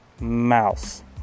Mouse